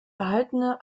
erhaltene